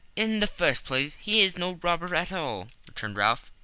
in the first place, he is no robber at all, returned ralph,